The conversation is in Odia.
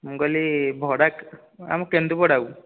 ମୁଁ କହିଲି ଭଡ଼ା ଆମ କେନ୍ଦୁପଡ଼ାକୁ